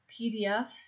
PDFs